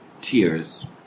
Tears